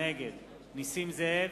נגד נסים זאב,